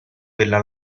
della